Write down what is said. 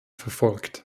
verfolgt